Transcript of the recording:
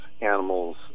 animals